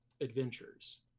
adventures—